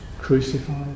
crucified